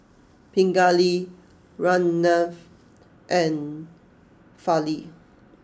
Pingali Ramnath and Fali